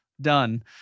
Done